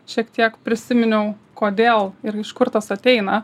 šiek tiek prisiminiau kodėl ir iš kur tas ateina